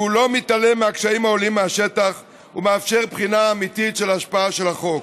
שלא מתעלם מהקשיים העולים מהשטח ומאפשר בחינה אמיתית של ההשפעה של החוק.